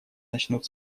начнут